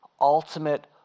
ultimate